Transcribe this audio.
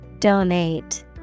Donate